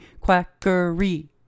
quackery